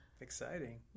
Exciting